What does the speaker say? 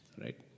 right